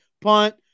punt